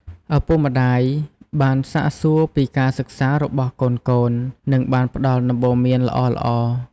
ឪពុកម្តាយបានសាកសួរពីការសិក្សារបស់កូនៗ និងបានផ្តល់ដំបូន្មានល្អៗ។